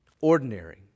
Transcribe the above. ordinary